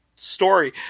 story